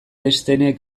einsteinek